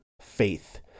faith